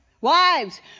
Wives